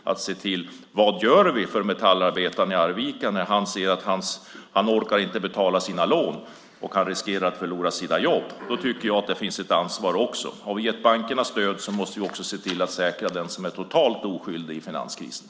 Han ska se vad man kan göra för metallarbetaren i Arvika som inte orkar betala sina lån och som riskerar att förlora sitt jobb. Där tycker jag att det också finns ett ansvar. Har vi gett bankerna stöd måste vi se till att säkra den som är totalt oskyldig i finanskrisen.